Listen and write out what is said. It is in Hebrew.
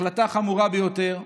החלטה חמורה ביותר.